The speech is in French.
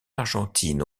argentine